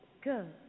good